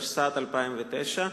התשס"ט-2009,